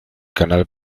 canal